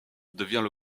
devient